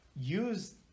use